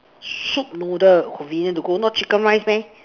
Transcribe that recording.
soup noodle convenient to go not chicken rice meh